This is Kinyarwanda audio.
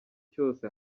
cyose